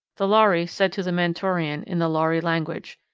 the lhari said to the mentorian, in the lhari language,